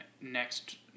next